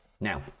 Now